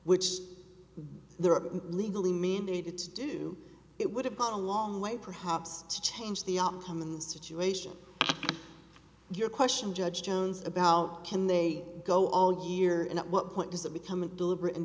which there are legally mandated to do it would have gone a long way perhaps to change the outcome of the situation your question judge jones about can they go all year and at what point does it become a deliberate ind